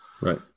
Right